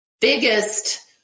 biggest